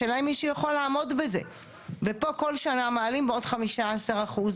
השאלה אם מישהו יכול לעמוד בזה ופה כל שנה מעלים בעוד 15 אחוז,